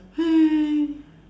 !hais!